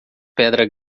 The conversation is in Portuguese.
pedra